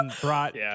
brought